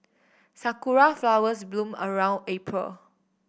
sakura flowers bloom around April